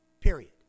period